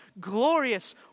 glorious